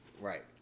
right